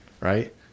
Right